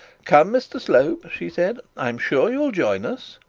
come, mr slope she said i'm sure you'll join us.